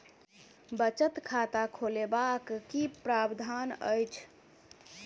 बचत खाता खोलेबाक की प्रावधान अछि?